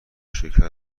شکر